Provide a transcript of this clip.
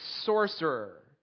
sorcerer